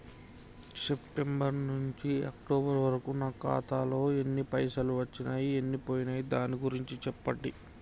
September నుంచి October వరకు నా ఖాతాలో ఎన్ని పైసలు వచ్చినయ్ ఎన్ని పోయినయ్ దాని గురించి చెప్పండి?